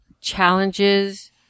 challenges